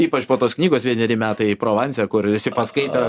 ypač po tos knygos vieneri metai provanse kur visi paskaitę